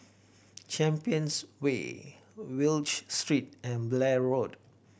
Champions Way Wallich Street and Blair Road